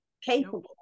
capable